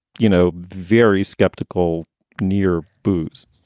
you know, very skeptical near boobs?